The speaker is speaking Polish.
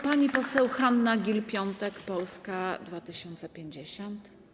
Pani poseł Hanna Gill-Piątek, Polska 2050.